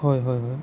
হয় হয় হয়